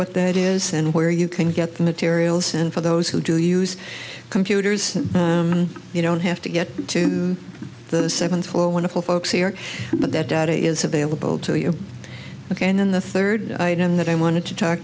what that is and where you can get the materials and for those who do use computers you don't have to get to the seventh floor wonderful folks here but that data is available to you ok and then the third item that i wanted to talk